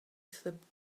slipped